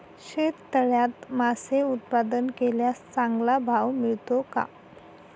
शेततळ्यात मासे उत्पादन केल्यास चांगला भाव मिळतो का?